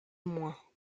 moins